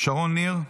שרון ניר,